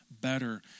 better